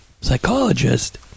psychologist